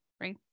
right